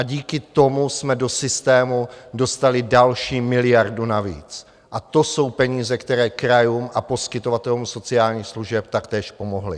Díky tomu jsme do systému dostali další miliardu navíc a to jsou peníze, které krajům a poskytovatelům sociálních služeb taktéž pomohly.